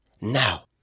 now